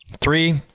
three